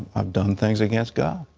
i've done things against god.